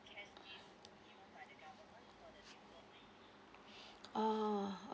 ah